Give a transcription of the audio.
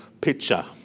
picture